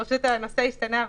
פשוט הנושא השתנה.